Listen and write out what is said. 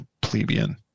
plebeian